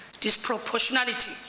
disproportionality